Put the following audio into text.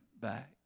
back